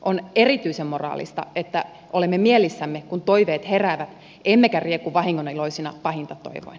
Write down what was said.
on erityisen moraalista että olemme mielissämme kun toiveet heräävät emmekä rieku vahingoniloisina pahinta toivoen